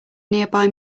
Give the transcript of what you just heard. nearby